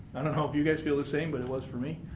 i don't know if you guys feel the same, but it was for me.